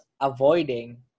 avoiding